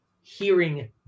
hearing